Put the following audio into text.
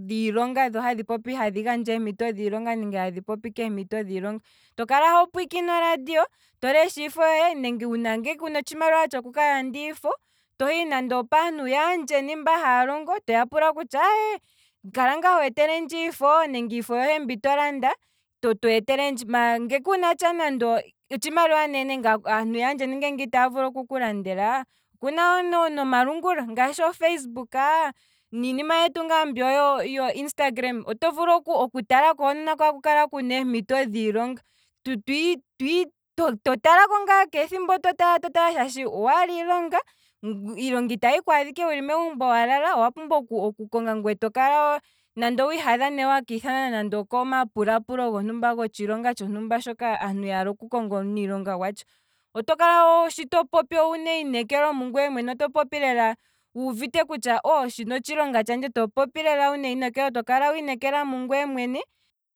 Dhiilonga dho hadhi popi nenge hadhi gandja keempito dhiilonga, to kala hopwiikine oradio ngweye to lesha iifo yohe, uuna kuna otshimaliwa tshoku kalanda iifo, tohi nande opaantu yaandjeni mba haya longo, toya pula kutya aye kala ngaa hwe telendje iifo nenge iifo yohe mbi to landa tweetelendje, nge kunatsha nande otshimaliwa nenge aantu yandjeni itaya vulu oku kulandela, okuna wo nomalungula, ngaashi okuna ofacebook, niinima yetu ngaa mbyo yee instagram, oto vulu oku talako hono nako ohaku vulu oku kala eempito dhiilonga, to talako ngaa keethimbo to tala to tala shaashi owala iilonga, iilonga itayiku adha ike megumbo wa lala, owa pumbwa oku konga ngwee tokala wo nande owii hadha ne wa kiithanwa nande oko mapulaapulo gotshilonga tshontumba shoka aantu yaala oku konga omuniilonga gwatsho, oto kala wo to popi, shi to popi owuna eyi nekelo mungweye mwene, to popi lela wuuvite kutya shino otshilonga tshandje, to kala wiinekela mungweye mwene.